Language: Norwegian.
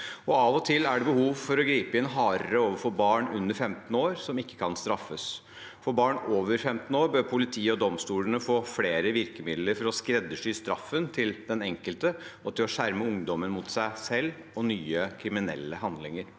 Av og til er det behov for å gripe inn hardere overfor barn under 15 år, som ikke kan straffes. For barn over 15 år bør politiet og domstolene få flere virkemidler for å skreddersy straffen til den enkelte og for å skjerme ungdommer mot seg selv og nye kriminelle handlinger.